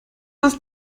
das